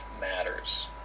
matters